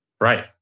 right